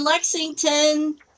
Lexington